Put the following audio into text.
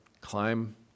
climb